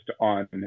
on